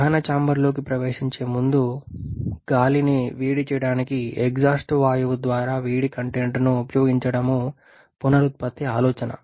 దహన చాంబర్లోకి ప్రవేశించే ముందు గాలిని వేడి చేయడానికి ఎగ్జాస్ట్ వాయువు ద్వారా వేడి కంటెంట్ను ఉపయోగించడం పునరుత్పత్తి ఆలోచన